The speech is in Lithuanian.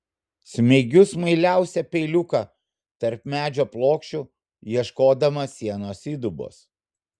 smeigiu smailiausią peiliuką tarp medžio plokščių ieškodama sienos įdubos